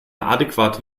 adäquate